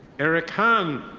eric han.